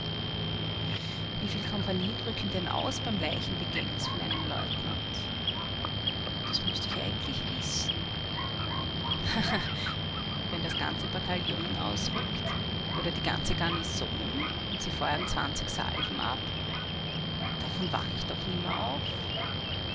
wieviel kompagnien rücken denn aus beim leichenbegängnis von einem leutnant das müßt ich eigentlich wissen haha wenn das ganze bataillon ausrückt oder die ganze garnison und sie feuern zwanzig salven ab davon wach ich doch nimmer auf